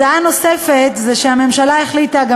הודעה נוספת היא שהממשלה החליטה גם